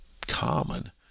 common